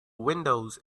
windows